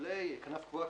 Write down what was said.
כנף גבוה,